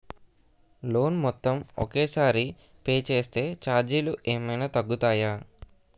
Loan మొత్తం ఒకే సారి పే చేస్తే ఛార్జీలు ఏమైనా తగ్గుతాయా?